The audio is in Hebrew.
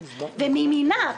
ומימינה,